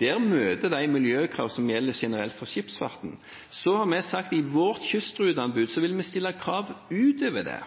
Der møter de miljøkrav som gjelder generelt for skipsfarten. Vi har sagt at vi i vårt kystruteanbud vil stille krav utover det.